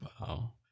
Wow